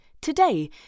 today